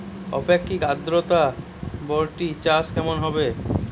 আপেক্ষিক আদ্রতা বরবটি চাষ কেমন হবে?